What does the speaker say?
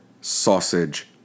sausage